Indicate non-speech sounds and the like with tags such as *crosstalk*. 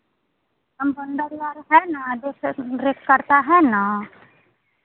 compounder यार है ना दूसरे स *unintelligible* करता है ना